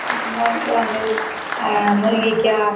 கெழங்கு முருங்கைக்காய்